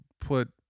put